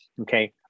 Okay